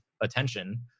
attention